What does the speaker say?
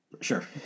Sure